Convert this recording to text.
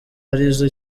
arizo